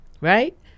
right